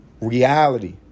reality